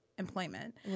employment